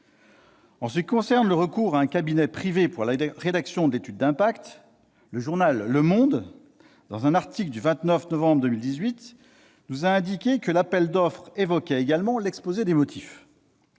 En ce qui concerne le recours à un cabinet privé pour la rédaction de l'étude d'impact, le journal, dans un article du 29 novembre 2018, nous a indiqué que l'appel d'offres évoquait également l'exposé des motifs.